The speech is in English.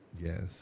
Yes